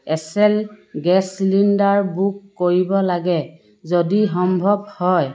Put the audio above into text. এ চি এল gas cylinder book কৰিব লাগে যদি সম্ভৱ হয়